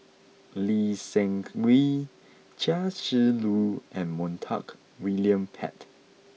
Lee Seng Wee Chia Shi Lu and Montague William Pett